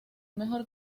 mejor